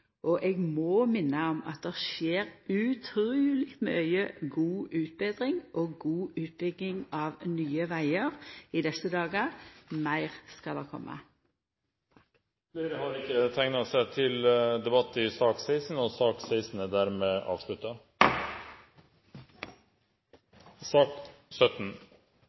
opplegg. Eg må minna om at det skjer utruleg mykje god utbetring av vegar og god utbygging av nye vegar i desse dagar – meir skal det koma. Flere har ikke bedt om ordet til sak